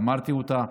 שאמרתי אותה,